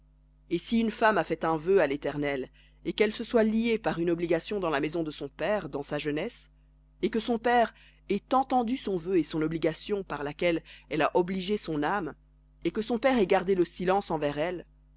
et si une femme a fait un vœu à l'éternel et qu'elle se soit liée par une obligation dans la maison de son père dans sa jeunesse et que son père ait entendu son vœu et son obligation par laquelle elle a obligé son âme et que son père ait gardé le silence envers elle